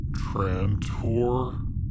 trantor